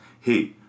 hey